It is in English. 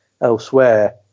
elsewhere